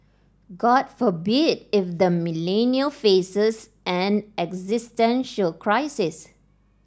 god forbid if the Millennial faces an existential crisis